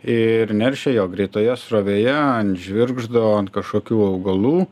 ir neršia jo greitoje srovėje ant žvirgždo ant kažkokių augalų